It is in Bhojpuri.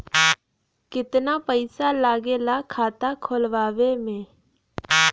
कितना पैसा लागेला खाता खोलवावे में?